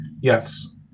Yes